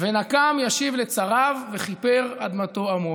ונקם ישיב לצריו וכִפר אדמתו עַמו".